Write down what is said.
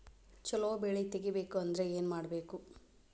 ಛಲೋ ಬೆಳಿ ತೆಗೇಬೇಕ ಅಂದ್ರ ಏನು ಮಾಡ್ಬೇಕ್?